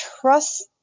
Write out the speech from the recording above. trust